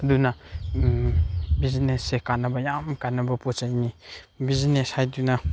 ꯑꯗꯨꯅ ꯕꯤꯖꯤꯅꯦꯁꯁꯦ ꯀꯥꯟꯅꯕ ꯌꯥꯝ ꯀꯥꯟꯅꯕ ꯄꯣꯠ ꯆꯩꯅꯤ ꯕꯤꯖꯤꯅꯦꯁ ꯍꯥꯏꯗꯨꯅ